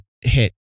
hit